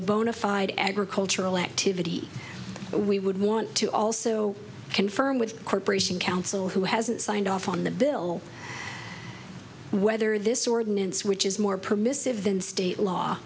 a bona fide agricultural activity we would want to also confirm with a corporation council who hasn't signed off on the bill whether this ordinance which is more permissive than state law